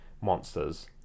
monsters